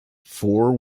four